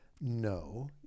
No